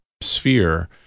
sphere